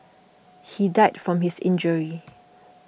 he died from his injuries